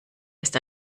ist